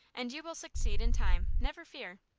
and you will succeed in time, never fear.